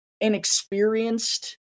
inexperienced